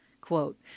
Quote